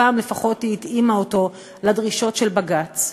הפעם לפחות היא התאימה אותו לדרישות של בג"ץ.